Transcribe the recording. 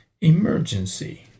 emergency